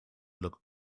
looked